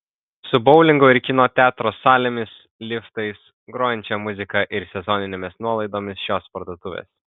su boulingo ir kino teatro salėmis liftais grojančia muzika ir sezoninėmis nuolaidomis šios parduotuvės